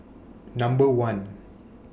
Number one